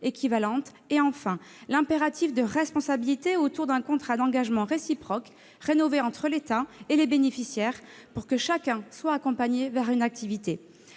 équivalentes ; enfin, l'impératif de responsabilité autour d'un contrat d'engagement réciproque rénové entre l'État et les bénéficiaires pour que chacun soit accompagné vers une activité.